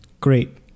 Great